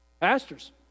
Pastors